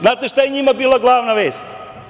Znate šta je njima bila glavna vest?